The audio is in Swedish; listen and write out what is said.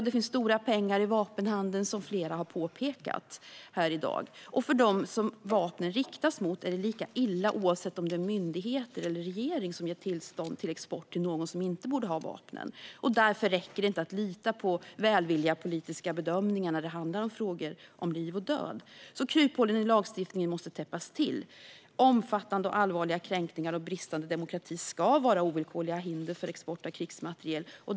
Det finns stora pengar i vapenhandeln, som flera har påpekat här i dag. Oavsett om det är myndigheter eller en regering som gett tillstånd till export till någon som inte borde ha vapnen är det lika illa för dem som vapnen riktas mot. Därför räcker det inte att lita på välvilliga politiska bedömningar när det handlar om frågor om liv och död. Kryphålen i lagstiftningen måste täppas till. Omfattande och allvarliga kränkningar och bristande demokrati ska vara ovillkorliga hinder för export av krigsmateriel.